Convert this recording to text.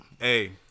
hey